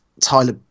Tyler